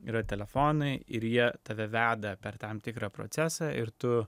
yra telefonai ir jie tave veda per tam tikrą procesą ir tu